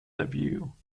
debut